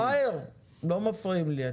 שרייר, לא מפריעים לי.